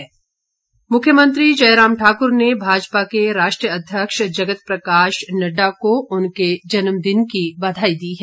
बघाई मुख्यमंत्री जयराम ठाकुर ने भाजपा के राष्ट्रीय अध्यक्ष जगत प्रकाश नड्डा को उनके जन्मदिन की बधाई दी है